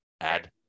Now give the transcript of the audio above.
add